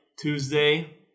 Tuesday